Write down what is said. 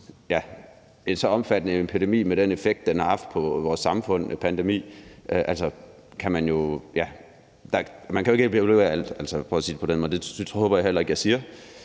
en så omfattende epidemi med den effekt, den har haft på vores samfund, kan man jo ikke evaluere alt, og det håber jeg heller ikke at jeg siger.